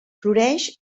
floreix